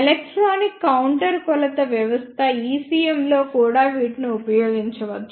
electronic counter కొలత వ్యవస్థ ECM లో కూడా వీటిని ఉపయోగించవచ్చు